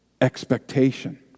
expectation